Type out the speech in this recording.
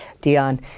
Dion